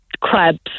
crabs